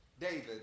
David